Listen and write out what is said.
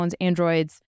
Androids